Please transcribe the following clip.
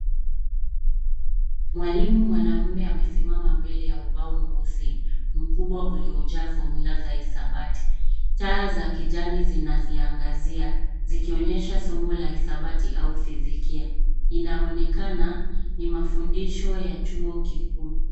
Mwalimu mwanaume amesimama mbele ya ubao mweusi mkubwa uliojaa fomyula za hisabati. Taa za kijani zinaziangazia zikionyesha somo la hisabati au fizikia. Inaonekana ni mafundisho ya chuo kikuu.